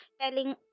telling